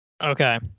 Okay